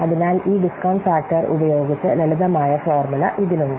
അതിനാൽ ഈ discount factor ഉപയോഗിച്ച് ലളിതമായ ഫോർമുല ഇതിലുണ്ട്